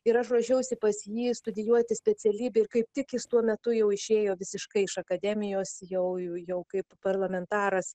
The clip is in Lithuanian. ir aš ruošiausi pas jį studijuoti specialybę ir kaip tik jis tuo metu jau išėjo visiškai iš akademijos jau jau kaip parlamentaras